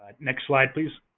ah next slide, please.